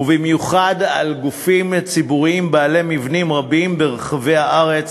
ובמיוחד על גופים ציבוריים בעלי מבנים רבים ברחבי הארץ,